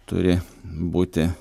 turi būti